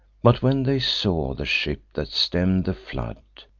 but, when they saw the ships that stemm'd the flood,